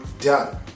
done